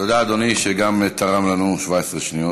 תודה, אדוני, שגם תרם לנו 17 שניות.